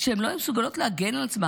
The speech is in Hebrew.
שהן לא היו מסוגלות להגן על עצמן,